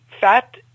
fat